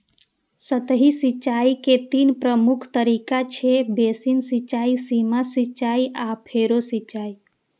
सतही सिंचाइ के तीन प्रमुख तरीका छै, बेसिन सिंचाइ, सीमा सिंचाइ आ फरो सिंचाइ